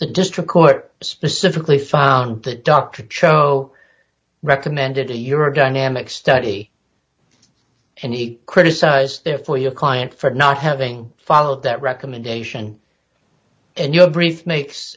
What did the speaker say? the district court specifically found that dr cho recommended a year of dynamic study and eight criticize therefore your client for not having followed that recommendation and your brief makes